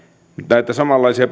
näitä samanlaisia